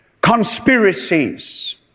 conspiracies